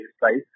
price